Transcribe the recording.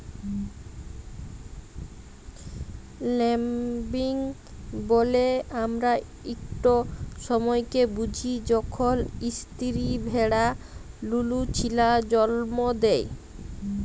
lambing ব্যলে আমরা ইকট সময়কে বুঝি যখল ইস্তিরি ভেড়া লুলু ছিলা জল্ম দেয়